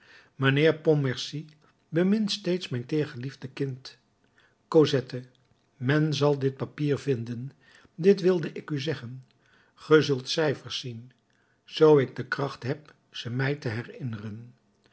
mijnheer pontmercy bemin steeds mijn teergeliefd kind cosette men zal dit papier vinden dit wilde ik u zeggen ge zult cijfers zien zoo ik de kracht heb ze mij te herinneren